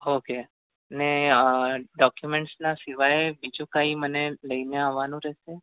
okay અને ડોક્યુમેંટ્સના સિવાય બીજું કાંઈ મને લઇને આવવાનું રહેશે